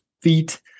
feet